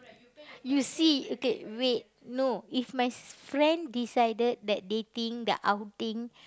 you see okay wait no if my s~ friend decided that they think the outing